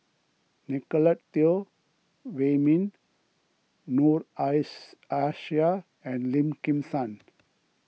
Nicolette Teo Wei Min Noor ice Aishah and Lim Kim San